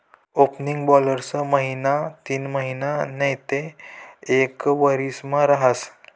opening balance महिना तीनमहिना नैते एक वरीसना रहास